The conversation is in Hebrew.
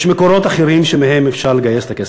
יש מקורות אחרים שמהם אפשר לגייס את הכסף.